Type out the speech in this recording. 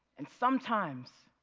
and sometimes,